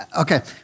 Okay